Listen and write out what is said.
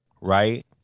right